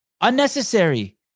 Unnecessary